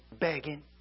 begging